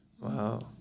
wow